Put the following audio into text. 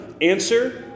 Answer